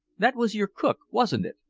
that was your cook, wasn't it?